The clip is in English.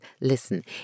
listen